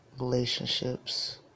relationships